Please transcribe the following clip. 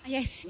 Yes